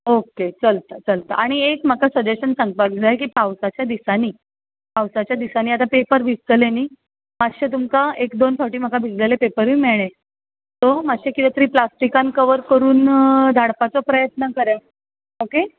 okay चलता चलता आनी एक म्हाका सजेशन सांगपाक जाय की पावसाच्या दिसांनी पावसाच्या दिसांनी आतां पेपर भिजतले न्ही मातशे तुमकां एक दोन फावटी म्हाका भिजलले पेपरूय मेळ्ळे सो मातशें कितें तरी प्लास्टिकान कवर करून धाडपाचो प्रयत्न करात ओके